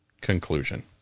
conclusion